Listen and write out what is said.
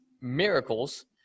miracles